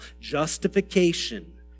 Justification